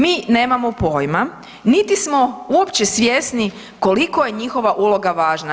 Mi nemamo pojma, niti smo uopće svjesni koliko je njihova uloga važna.